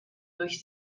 durch